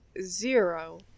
zero